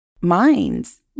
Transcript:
minds